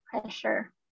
pressure